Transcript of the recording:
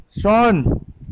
Sean